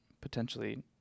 potentially